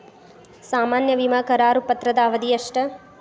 ಸಾಮಾನ್ಯ ವಿಮಾ ಕರಾರು ಪತ್ರದ ಅವಧಿ ಎಷ್ಟ?